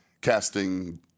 casting